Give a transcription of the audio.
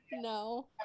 No